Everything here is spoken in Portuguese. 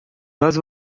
nós